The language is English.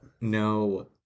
No